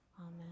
Amen